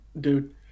dude